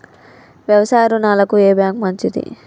వ్యవసాయ రుణాలకు ఏ బ్యాంక్ మంచిది?